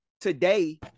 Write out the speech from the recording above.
today